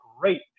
great